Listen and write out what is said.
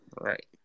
Right